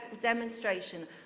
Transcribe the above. demonstration